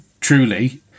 truly